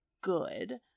good